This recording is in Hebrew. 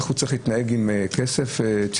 איך הוא צריך להתנהג עם כסף ציבורי?